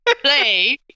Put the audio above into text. play